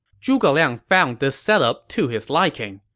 zhuge liang found this setup to his liking,